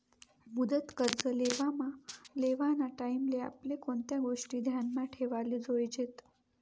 मुदत कर्ज लेवाना टाईमले आपले कोणत्या गोष्टी ध्यानमा ठेवाले जोयजेत